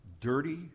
dirty